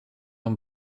een